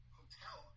hotel